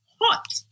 hot